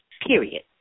period